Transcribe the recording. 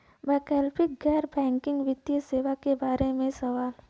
वैकल्पिक गैर बैकिंग वित्तीय सेवा के बार में सवाल?